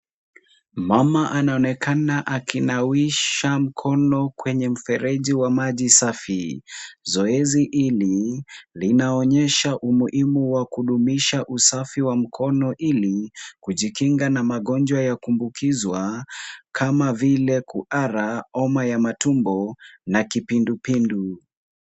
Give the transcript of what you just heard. Mama anaonekana akinawisha mkono kwenye mfereji wa maji safi. Zoezi hili linaonyesha umuhimu wa kudumisha usafi wa mkono, ili kujikinga na magonjwa ya kuambukizwa kama vile, kuhara, homa ya matumbo na kipindupindu.